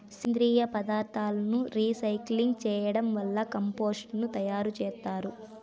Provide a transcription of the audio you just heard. సేంద్రీయ పదార్థాలను రీసైక్లింగ్ చేయడం వల్ల కంపోస్టు ను తయారు చేత్తారు